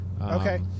Okay